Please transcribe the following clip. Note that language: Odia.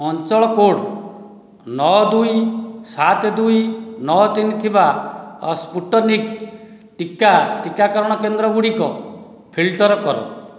ଅଞ୍ଚଳ କୋଡ଼୍ ନଅ ଦୁଇ ସାତ ଦୁଇ ନଅ ତିନି ଥିବା ସ୍ପୁଟନିକ୍ ଟିକା ଟିକାକରଣ କେନ୍ଦ୍ରଗୁଡ଼ିକ ଫିଲ୍ଟର କର